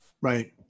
Right